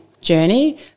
journey